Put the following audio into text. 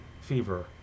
Fever